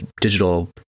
digital